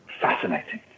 fascinating